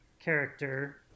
character